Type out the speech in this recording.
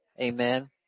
Amen